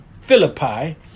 Philippi